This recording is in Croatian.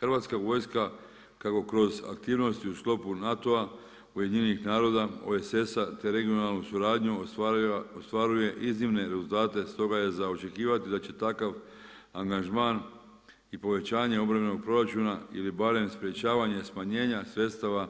Hrvatska vojska kako kroz aktivnosti u sklopu NATO-a, UN-a, OESS-a te regionalnom suradnjom ostvaruje iznimne rezultate, stoga je za očekivati da će takav angažman i povećanje obrambenog proračuna ili barem sprečavanjem smanjenja sredstava